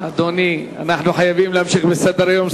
אדוני, אנחנו חייבים להמשיך בסדר-היום.